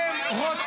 אתה שר האוצר.